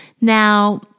Now